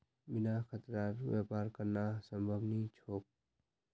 बिना खतरार व्यापार करना संभव नी छोक